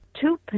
two